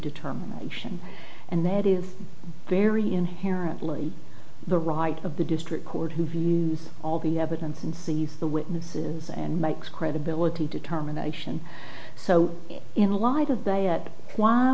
determination and that is very inherently the right of the district court who views all the evidence and sees the witnesses and makes credibility determination so in light of day that why